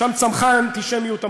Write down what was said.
שם צמחה האנטישמיות המודרנית,